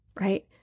right